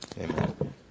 amen